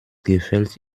gefällt